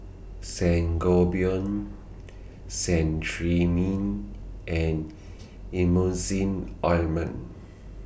Sangobion Cetrimide and Emulsying Ointment